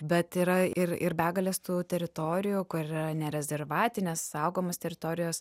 bet yra ir ir begalės tų teritorijų kur yra ne rezervatinės saugomos teritorijos